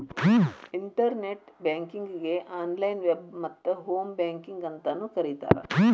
internet ಬ್ಯಾಂಕಿಂಗಗೆ online web ಮತ್ತ home banking ಅಂತಾನೂ ಕರಿತಾರ